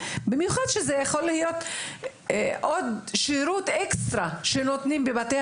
במיוחד כשזה יכול להיות עוד שירות אקסטרה שנותנים בבתי